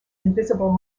invisible